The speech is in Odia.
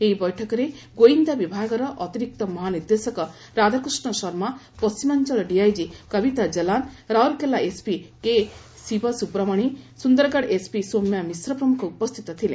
ଏହି ବୈଠକରେ ଗୁଇନ୍ଦା ବିଭାଗର ଅତିରିକ୍ତ ମହାନିର୍ଦ୍ଦେଶକ ରାଧାକୁଷ୍ଟ ଶର୍ମା ପଣିମାଞ୍ଚଳ DIG Kavita Jalan Rourkela SP K Subramani Sundargarh SP Saumya Mishra ପ୍ରମୁଖ ଉପସ୍ସିତ ଥିଲେ